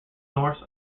norse